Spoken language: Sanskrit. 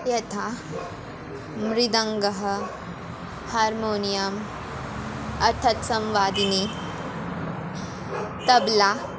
यथा मृदङ्गः हार्मोनियाम् अथवा संवादिनी तब्ला